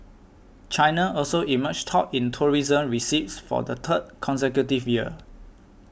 China also emerged top in tourism receipts for the third consecutive year